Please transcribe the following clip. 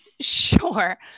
Sure